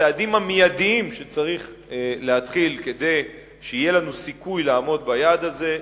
הצעדים המיידיים שצריך להתחיל בהם כדי שיהיה לנו סיכוי לעמוד ביעד הזה,